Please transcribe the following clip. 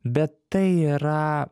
bet tai yra